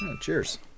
Cheers